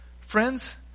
Friends